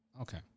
Okay